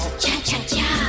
cha-cha-cha